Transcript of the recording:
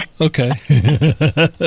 okay